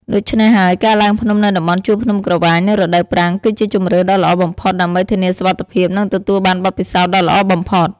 ដូច្នេះហើយ ការឡើងភ្នំនៅតំបន់ជួរភ្នំក្រវាញនៅរដូវប្រាំងគឺជាជម្រើសដ៏ល្អបំផុតដើម្បីធានាសុវត្ថិភាព និងទទួលបានបទពិសោធន៍ដ៏ល្អបំផុត។